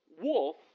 wolf